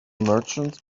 merchants